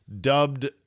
dubbed